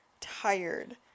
tired